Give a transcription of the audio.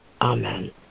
Amen